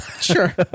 Sure